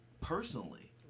personally